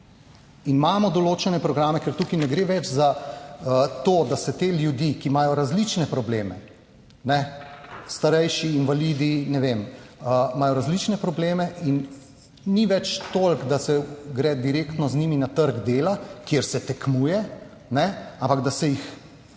Imamo določene programe. Ker tukaj ne gre več za to, da se te ljudi, ki imajo različne probleme, starejši, invalidi, ne vem, imajo različne probleme in ni več toliko, da se gre direktno z njimi na trg dela, kjer se tekmuje, ampak je v